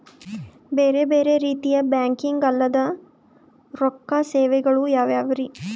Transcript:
ಬೇರೆ ಬೇರೆ ರೀತಿಯ ಬ್ಯಾಂಕಿಂಗ್ ಅಲ್ಲದ ರೊಕ್ಕ ಸೇವೆಗಳು ಯಾವ್ಯಾವ್ರಿ?